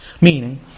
Meaning